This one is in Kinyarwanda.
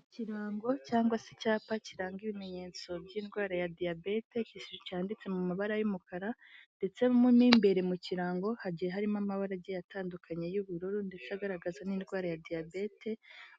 Ikirango cyangwa se icyapa kiranga ibimenyetso by'indwara ya diyabete, cyanditse mu mabara y'umukara, ndetse n'imbere mu kirango hagiye harimo amabarage atandukanye y'ubururu, ndetse agaragaza n'indwara ya diyabete,